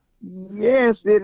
Yes